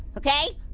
okay?